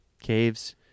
Caves